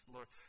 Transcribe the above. Lord